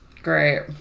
great